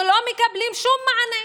אנחנו לא מקבלים שום מענה.